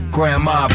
Grandma